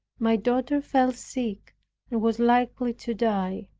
my daughter fell sick and was likely to die